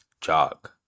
jog